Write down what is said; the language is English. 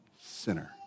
sinner